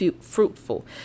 fruitful